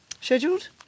scheduled